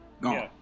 gone